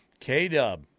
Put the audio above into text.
K-Dub